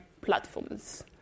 platforms